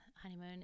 honeymoon